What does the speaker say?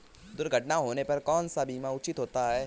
दुर्घटना होने पर कौन सा बीमा उचित होता है?